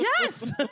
yes